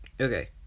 okay